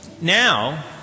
Now